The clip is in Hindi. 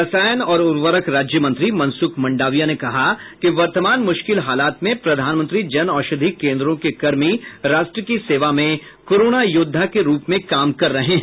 रसायन और उर्वरक राज्य मंत्री मनसुख मंडाविया ने कहा कि वर्तमान मुश्किल हालात में प्रधानमंत्री जन औषधि कोन्द्रों के कर्मी राष्ट्र की सेवा में कोरोना योद्धा के रूप में काम कर रहे हैं